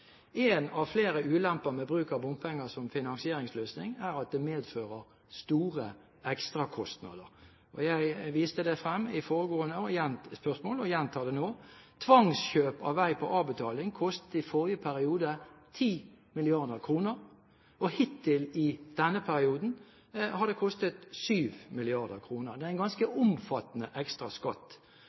av flere ulemper ved bruk av bompenger som finansieringsløsning, er at det medfører store ekstrakostnader, og jeg viste til det i foregående spørsmål, og gjentar det nå. Tvangskjøp av vei på avbetaling kostet i forrige periode 10 mrd. kr, og hittil i denne perioden har det kostet 7 mrd. kr. Det er en ganske